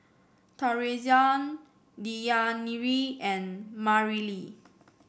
Taurean Deyanira and Mareli